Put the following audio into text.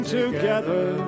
together